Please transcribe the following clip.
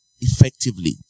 effectively